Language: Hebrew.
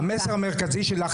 אבל המסר המרכזי שלך,